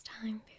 time